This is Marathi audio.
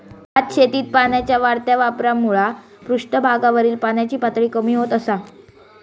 भातशेतीत पाण्याच्या वाढत्या वापरामुळा भुपृष्ठावरील पाण्याची पातळी कमी होत असा